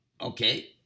Okay